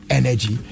energy